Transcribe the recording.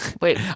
Wait